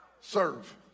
Serve